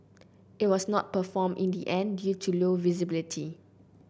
it was not performed in the end due to low visibility